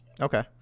okay